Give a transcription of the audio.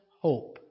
hope